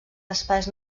espais